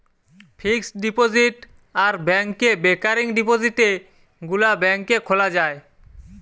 fixed deposit আর ব্যাংকে recurring ডিপোজিটে গুলা ব্যাংকে খোলা যায়